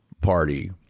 Party